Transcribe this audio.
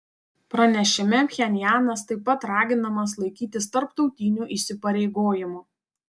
pranešime pchenjanas taip pat raginamas laikytis tarptautinių įsipareigojimų